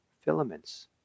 filaments